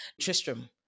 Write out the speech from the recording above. Tristram